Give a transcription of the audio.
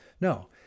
No